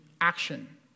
action